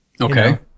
Okay